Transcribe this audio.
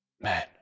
Man